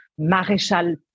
Maréchal